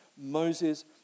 Moses